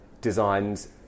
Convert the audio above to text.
designs